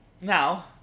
Now